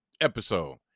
episode